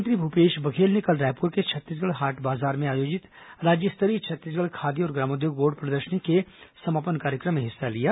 मुख्यमंत्री भुपेश बघेल ने कल रायपुर के छत्तीसगढ हाट बाजार में आयोजित राज्य स्तरीय छत्तीसगढ ह रा सामान के रामोद्योग बोर्ड प्रदर्शनी के समापन कार्यक्रम में शामिल हुए